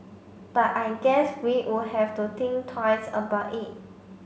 but I guess we would have to think twice about it